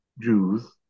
Jews